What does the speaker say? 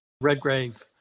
Redgrave